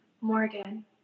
Morgan